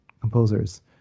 composers